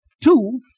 two